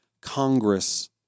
Congress